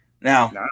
Now